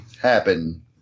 happen